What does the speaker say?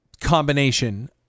combination